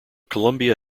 columbia